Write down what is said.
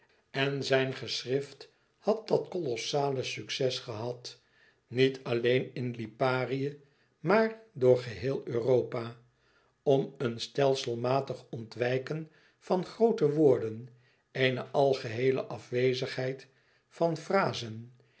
en zijn geschrift had dat kolossale succes gehad niet alleen in liparië maar door geheel europa om een stelselmatig ontwijken van groote woorden eene algeheele afwezigheid van frazen